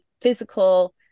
physical